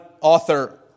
author